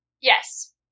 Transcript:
Yes